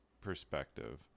perspective